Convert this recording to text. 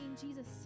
Jesus